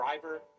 driver